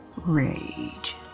Rage